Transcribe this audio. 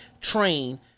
train